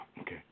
okay